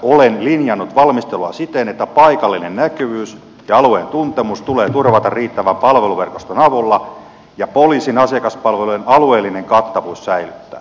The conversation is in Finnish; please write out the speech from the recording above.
olen linjannut valmistelua siten että paikallinen näkyvyys ja alueen tuntemus tulee turvata riittävän palveluverkoston avulla ja poliisin asiakaspalvelujen alueellinen kattavuus säilyttää